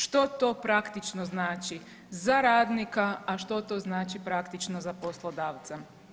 Što to praktično znači za radnika, a što to znači praktično za poslodavca?